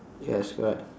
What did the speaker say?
yes correct